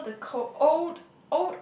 all the cold old